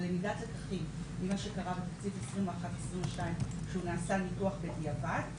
למידת הלקחים ממה שקרה בתקציב 2021-2022 שהוא נעשה ניתוח בדיעבד,